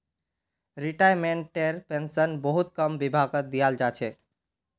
रिटायर्मेन्टटेर pension बहुत कम विभागत दियाल जा छेक